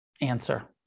answer